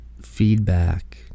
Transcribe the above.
feedback